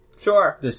Sure